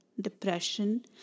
depression